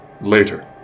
later